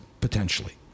potentially